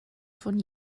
von